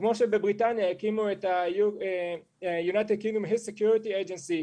כמו שבבריטניה הקימו את ה-United Kingdom health security agency,